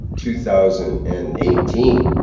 two thousand and eighteen.